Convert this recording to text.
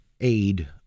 aid